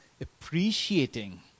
appreciating